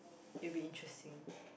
it'll be interesting